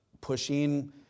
pushing